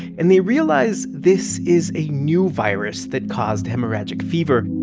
and they realize this is a new virus that caused hemorrhagic fever